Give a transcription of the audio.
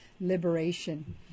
Liberation